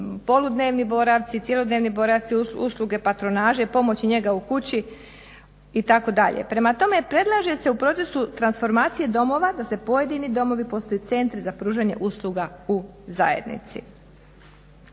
poludnevni boravci, cjelodnevni boravci, usluge patronaže, pomoć i njega u kući, itd. Prema tome predlaže se u procesu transformacije domova da se pojedini domovi postaju centri za pružanje usluga u zajednici.